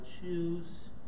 choose